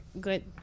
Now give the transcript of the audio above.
good